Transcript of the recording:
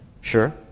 Sure